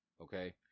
Okay